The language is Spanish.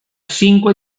cinco